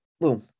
boom